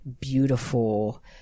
beautiful